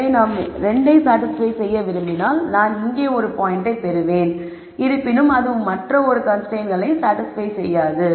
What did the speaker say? எனவே நான் 2 ஐ சாடிஸ்பய் செய்ய விரும்பினால் நான் இங்கே ஒரு பாய்ண்டை பெறுவேன் இருப்பினும் அது மற்ற கன்ஸ்ரைன்ட்ஸ்களை சாடிஸ்பய் செய்யாது